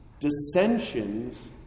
dissensions